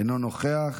אינו נוכח.